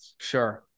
Sure